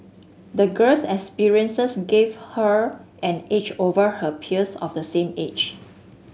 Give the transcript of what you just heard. the girl's experiences gave her an edge over her peers of the same age